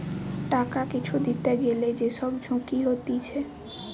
টাকা কিছু দিতে গ্যালে যে সব ঝুঁকি হতিছে